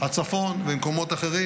הצפון ומקומות אחרים.